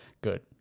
Good